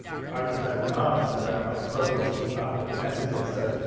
i just know from our instagram, i struggle to keep up with the messages. so,